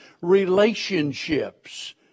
relationships